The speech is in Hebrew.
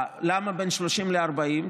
למה בין 30,000 ל-40,000?